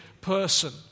person